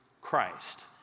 Christ